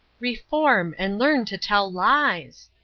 reform and learn to tell lies!